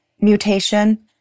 mutation